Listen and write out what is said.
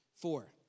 Four